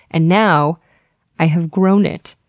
and now i have grown it,